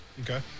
Okay